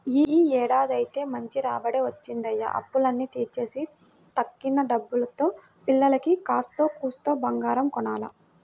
యీ ఏడాదైతే మంచి రాబడే వచ్చిందయ్య, అప్పులన్నీ తీర్చేసి తక్కిన డబ్బుల్తో పిల్లకి కాత్తో కూత్తో బంగారం కొనాల